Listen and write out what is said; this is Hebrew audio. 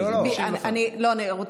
חבר הכנסת רול, אני משיב לך.